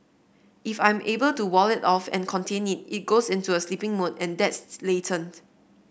if I'm able to wall it off and contain it it goes into a sleeping mode and that's latent